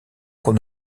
qu’on